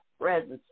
presence